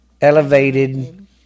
elevated